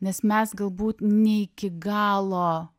nes mes galbūt ne iki galo